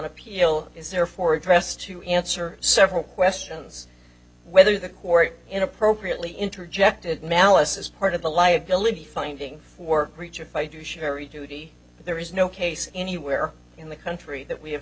appeal is there for address to answer several questions whether the court in appropriately interjected malice is part of the liability finding for breach if i do sherry duty there is no case anywhere in the country that we have